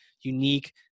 Unique